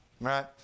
right